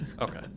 Okay